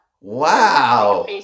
Wow